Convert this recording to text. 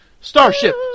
Starship